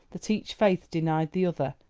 that each faith denied the other,